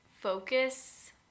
focus